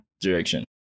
direction